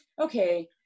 okay